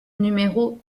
numéro